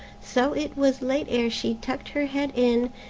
so it was late ere she tucked her head in,